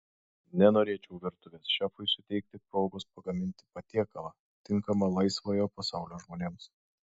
nenorėčiau virtuvės šefui suteikti progos pagaminti patiekalą tinkamą laisvojo pasaulio žmonėms